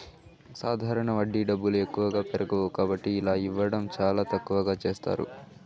సాధారణ వడ్డీ డబ్బులు ఎక్కువగా పెరగవు కాబట్టి ఇలా ఇవ్వడం చాలా తక్కువగా చేస్తారు